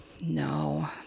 No